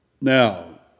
now